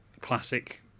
classic